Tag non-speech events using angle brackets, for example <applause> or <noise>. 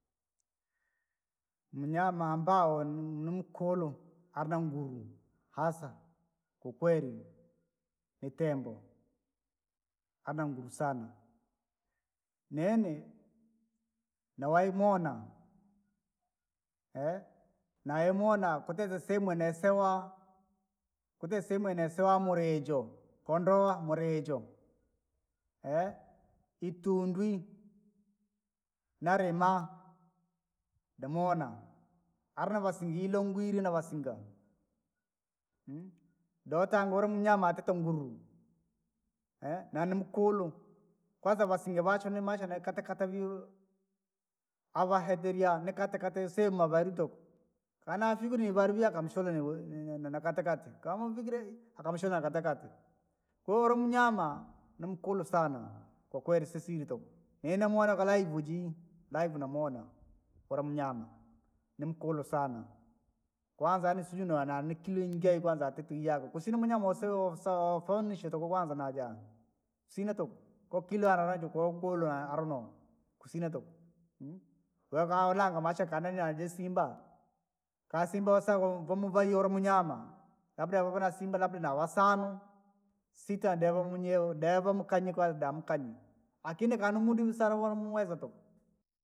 Mnyamba ambae nimkulu, alina nguru, hasa, kwakweli ni tembo ana nguru sana. Nini, nawai moona, <hesitation> naemoona kwatite sehemu ne sewa kwatite sehemu yene nesewa murijo, kondoa murijo, <hesitation> itundwi, nalima, demuona, arinavasilongwile navasinga, <hesitation> dotanguro mnyama atite nguru. <hesitation> na ni mkulu, kwanza vasinga vachwe ni maisha nikatekate viulu, avahedilya nikatekate sehemu avarituku, kana fyukire ivavirya kamsole nivu nini nakatikati kama uvikile! Akamushona katikati. Kolo mnyama, nimkulu sana, kwakweli sisili tuku, ne namuona kwa <unintelligible> jii, <unintelligible> namuona, kula mnyama nimkulu sana, kwanza yaani sijui nona nikilinge kwanza atite iyako kusina umunyama usio usao ufanishe tuku kwanza naja. Sina tuku, koo kira alalagi koo ukulo a- aruno, kusina tuku, <hesitation> wekaulanga maisha kanini aji simba, ka simba wosaka ko- komuvaie ulo munyama. Labda ugu na simba labda na wasano, sita devomunyeo devomukanye kwalda mukanye, lakini kana umudu musala vonouwezo tuku.